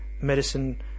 medicine